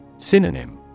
Synonym